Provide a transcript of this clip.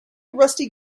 rusty